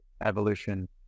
evolution